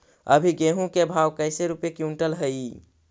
अभी गेहूं के भाव कैसे रूपये क्विंटल हई?